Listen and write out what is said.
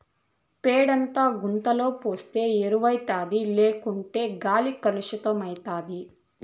పేడంతా గుంతల పోస్తే ఎరువౌతాది లేకుంటే గాలి కలుసితమైతాది